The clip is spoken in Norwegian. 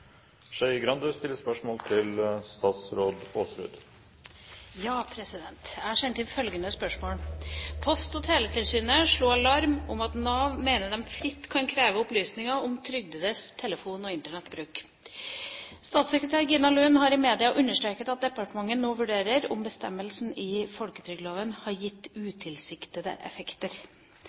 og teletilsynet har slått alarm om at Nav mener de fritt kan kreve opplysninger om trygdedes telefon- eller internettbruk. Statssekretær Gina Lund har i media understreket at departementet nå vurderer om bestemmelsen i folketrygdloven har gitt «utilsiktede effekter».